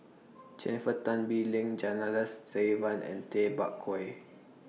Jennifer Tan Bee Leng Janadas Devan and Tay Bak Koi